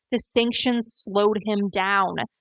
the sanctions slowed him down,